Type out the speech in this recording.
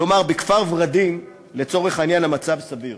כלומר, בכפר-ורדים, לצורך העניין, המצב סביר,